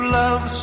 love